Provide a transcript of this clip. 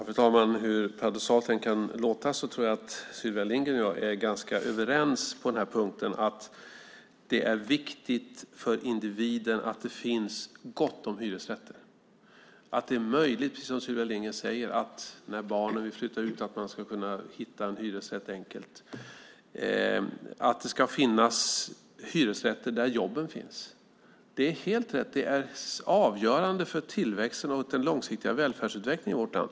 Fru talman! Hur paradoxalt det än kan låta tror jag att Sylvia Lindgren och jag är överens på den här punkten, nämligen att det är viktigt för individen att det finns gott om hyresrätter, att det är möjligt, som Sylvia Lindgren säger, när barnen flyttar ut att enkelt hitta en hyresrätt. Och det ska finnas hyresrätter där jobben finns. Det är helt rätt. Det är avgörande för tillväxten och den långsiktiga välfärdsutvecklingen i vårt land.